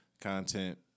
Content